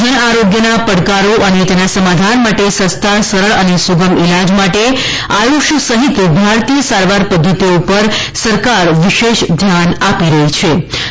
જન આરોગ્યના પડકારો અને તેના સમાધાન માટે સસ્તા સરળ અને સુગમ ઇલાજ માટે આયુષ સહિત ભારતીય સારવાર પધ્ધતિઓ પર સરકાર વિશેષ ધ્યાન આપી રઠ્ઠી છે